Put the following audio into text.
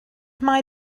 mae